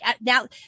now